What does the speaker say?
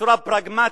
בצורה פרגמטית,